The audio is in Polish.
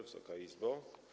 Wysoka Izbo!